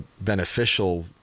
beneficial